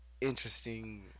interesting